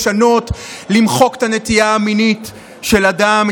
לשנות ולמחוק את הנטייה המינית של האדם,